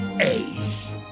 ace